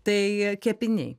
tai kepiniai